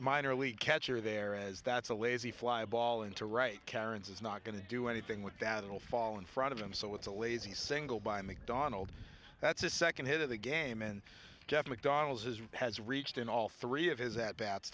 minor league catcher there as that's a lazy fly ball into right karens it's not going to do anything with that at all fall in front of him so it's a lazy single by mcdonald that's a second hit of the game and jeff mcdonald's is has reached in all three of his at bats